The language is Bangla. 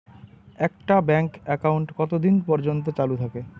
একটা ব্যাংক একাউন্ট কতদিন পর্যন্ত চালু থাকে?